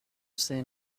seen